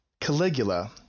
Caligula